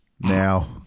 Now